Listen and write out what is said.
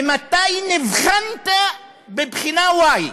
ומתי נבחנת בבחינה y.